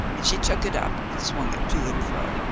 and she took it up and swung it to and fro.